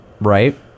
Right